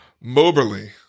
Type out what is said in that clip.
Moberly